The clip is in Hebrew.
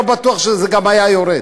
לא בטוח שזה גם היה יורד.